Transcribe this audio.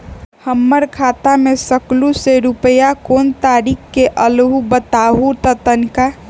हमर खाता में सकलू से रूपया कोन तारीक के अलऊह बताहु त तनिक?